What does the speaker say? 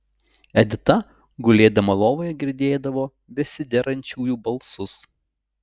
edita gulėdama lovoje girdėdavo besiderančiųjų balsus